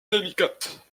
délicate